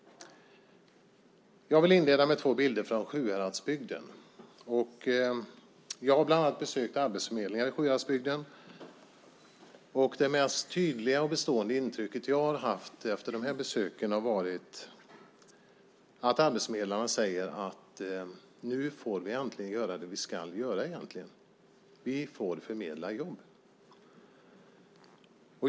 Jag vill inleda med två bilder från Sjuhäradsbygden. Jag har bland annat besökt arbetsförmedlingar i Sjuhäradsbygden. Det mest tydliga och bestående intrycket jag har haft under dessa besök har varit att arbetsförmedlarna säger: Nu får vi äntligen göra det vi ska göra. Vi får förmedla jobb.